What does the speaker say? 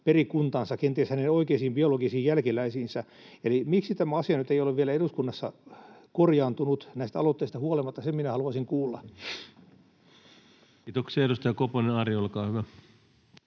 perikuntaansa, kenties hänen oikeisiin biologisiin jälkeläisiinsä. Eli miksi tämä asia nyt ei ole vielä eduskunnassa korjaantunut näistä aloitteista huolimatta, sen minä haluaisin kuulla. Kiitoksia. — Edustaja Koponen, Ari, olkaa hyvä.